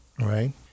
right